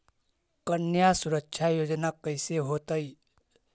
कन्या सुरक्षा योजना कैसे होतै?